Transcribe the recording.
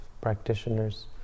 practitioners